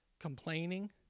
complaining